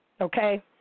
okay